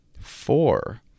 Four